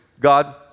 God